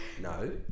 No